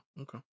okay